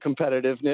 competitiveness